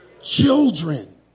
Children